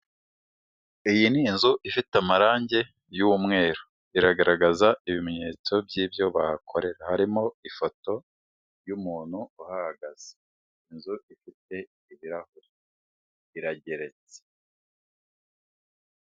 Iyi ni inzu ifite amarange y'umweru, iragaragaza ibimenyetso by'ibyo bahakorera. Harimo ifoto y'umuntu uhahagaze. Inzu ifite ibirahuri, irageretse.